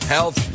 Health